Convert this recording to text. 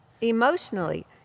Emotionally